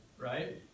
right